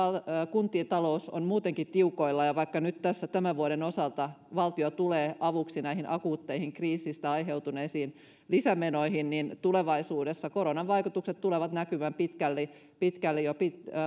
kuntien talous on muutenkin tiukoilla vaikka nyt tässä tämän vuoden osalta valtio tulee avuksi näihin akuutteihin kriisistä aiheutuneisiin lisämenoihin niin tulevaisuudessa koronan vaikutukset tulevat näkymään pitkälle pitkälle